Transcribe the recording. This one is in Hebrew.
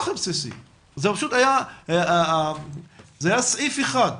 זה פשוט היה סעיף אחד,